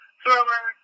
thrower